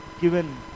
given